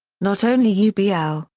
not only ubl,